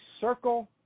circle